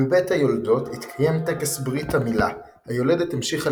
בבית היולדות התקיים טקס ברית המילה היולדת המשיכה